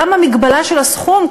גם המגבלה של הסכום,